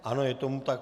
Ano, je tomu tak.